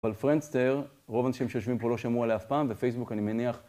אבל פרנסטר, רוב הנשים שיושבים פה לא שמו עליה אף פעם, ופייסבוק אני מניח...